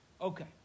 Okay